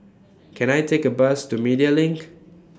Can I Take A Bus to Media LINK